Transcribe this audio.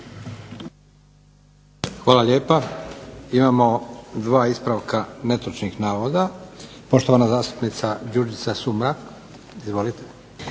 Hvala lijepo. Imamo dva ispravka netočnih navoda. Poštovana zastupnica Đurđica Sumrak. Izvolite.